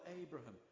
Abraham